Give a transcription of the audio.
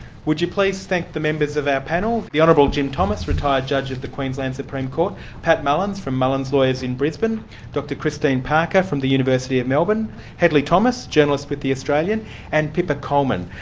would you please thank the members of our panel. the honourable jim thomas, retired judge of the queensland supreme court pat mullins from mullins lawyers in brisbane dr christine parker, from the university of melbourne hedley thomas, journalist with the australian and pippa coleman,